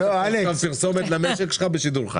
עשית עכשיו פרסומת למשק בשידור חי.